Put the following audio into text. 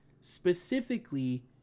specifically